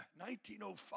1905